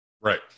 Right